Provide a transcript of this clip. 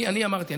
אני אמרתי,